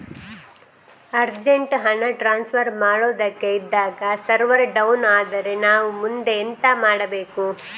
Urgent ಹಣ transfer ಮಾಡೋದಕ್ಕೆ ಇದ್ದಾಗ ಸರ್ವರ್ ಡೌನ್ ಆದರೆ ನಾವು ಮುಂದೆ ಎಂತ ಮಾಡಬೇಕು?